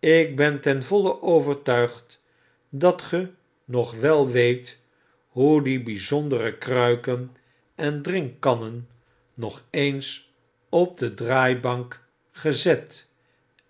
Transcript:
ik ben ten voile overtuigd dat ge nog wel weet hoe die byzondere kruiken en drinkkannen nog eens op een draaibank gezet